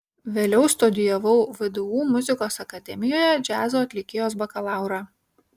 vėliau studijavau vdu muzikos akademijoje džiazo atlikėjos bakalaurą